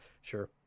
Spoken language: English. Sure